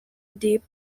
deep